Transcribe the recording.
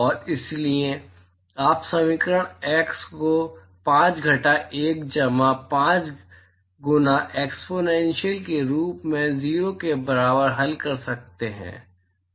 और इसलिए आप समीकरण x को 5 घटा 1 जमा 5 गुना एक्सपोनेन्शियल के शून्य से 0 के बराबर हल कर सकते हैं